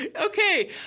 okay